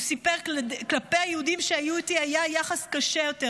הוא סיפר: כלפי היהודים שהיו איתי היה יחס קשה יותר,